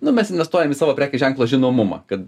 nu mes investuojam į savo prekės ženklo žinomumą kad